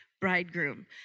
bridegroom